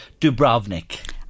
Dubrovnik